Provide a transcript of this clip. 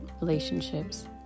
relationships